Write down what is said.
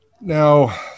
now